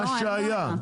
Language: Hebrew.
מה שהיה,